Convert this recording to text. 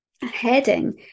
heading